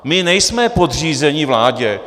My nejsme podřízeni vládě.